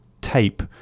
tape